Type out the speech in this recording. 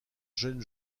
jeune